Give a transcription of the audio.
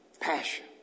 Passion